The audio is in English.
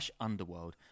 underworld